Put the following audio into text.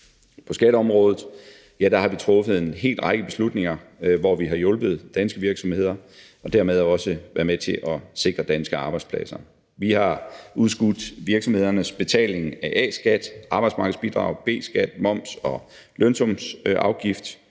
På skatteområdet har vi truffet en hel række beslutninger, hvor vi har hjulpet danske virksomheder og dermed også været med til at sikre danske arbejdspladser. Vi har udskudt virksomhedernes betaling af A-skat, arbejdsmarkedsbidrag, B-skat, moms og lønsumsafgift.